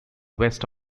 west